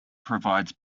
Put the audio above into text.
provides